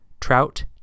Trout